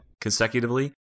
consecutively